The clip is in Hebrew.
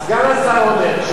אז מה הצעת, לא, סליחה.